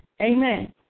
Amen